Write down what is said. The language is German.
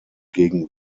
gegen